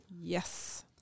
yes